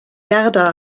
gerda